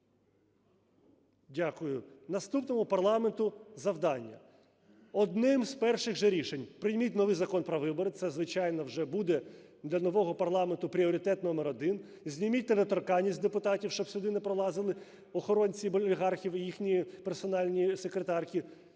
Дякую. Наступному парламенту завдання: одним з перших же рішень прийміть новий Закон про вибори. Це, звичайно, вже буде для нового парламенту пріоритет номер один. Зніміть недоторканність з депутатів, щоб сюди не пролазили охоронці олігархів і їхні персональні секретарки;